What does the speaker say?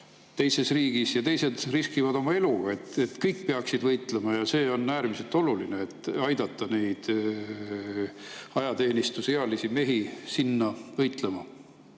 teises riigis ja teised riskivad oma eluga. Kõik peaksid võitlema. On äärmiselt oluline aidata neid [sõjaväe]teenistusealisi mehi sinna võitlema